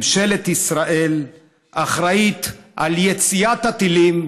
ממשלת ישראל אחראית ליציאת הטילים